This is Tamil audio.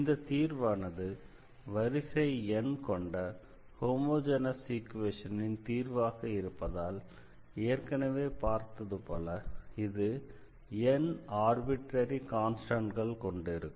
இந்த தீர்வானது வரிசை n கொண்ட ஹோமோஜெனஸ் ஈக்வேஷனின் தீர்வாக இருப்பதால் ஏற்கனவே பார்த்ததுபோல இது n ஆர்பிட்ரரி கான்ஸ்டண்ட்கள் கொண்டு இருக்கும்